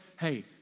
hey